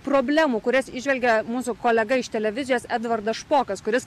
problemų kurias įžvelgia mūsų kolega iš televizijos edvardas špokas kuris